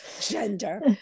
gender